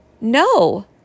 No